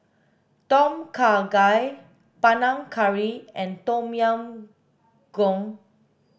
Tom Kha Gai Panang Curry and Tom Yam Goong